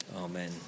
amen